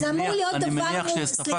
זה אמור להיות דבר --- אני מניח שהסתפקת